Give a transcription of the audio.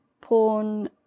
porn